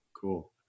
cool